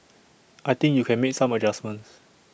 I think you can make some adjustments